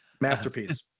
Masterpiece